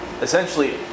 essentially